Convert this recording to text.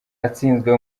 atsinzwe